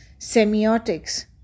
semiotics